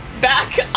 back